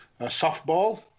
softball